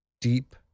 deep